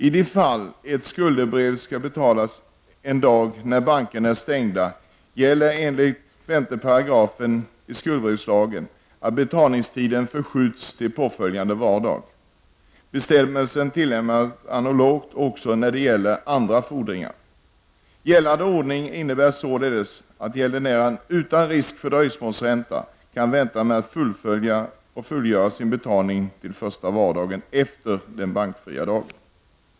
I de fall skuldbrevet skall betalas en dag när bankerna är stängda gäller enligt 5 § Skuldbrevslagen att betalningstiden förskjuts till påföljande vardag. Bestämmelsen tillämpas analogt också när det gäller andra fordringar. Gällande ordning innebär således att gäldenären utan risk för dröjsmålsränta kan vänta med att fullfölja och fullgöra sin betalning till första vardagen efter den bankfria dagen.